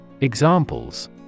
Examples